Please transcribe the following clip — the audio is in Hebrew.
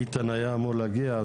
איתן היה אמור להגיע,